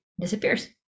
disappears